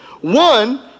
One